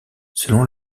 selon